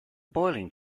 boiling